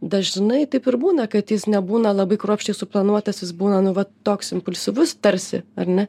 dažnai taip ir būna kad jis nebūna labai kruopščiai suplanuotas jis būna nu va toks impulsyvus tarsi ar ne